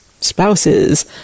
spouses